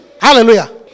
Hallelujah